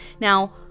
Now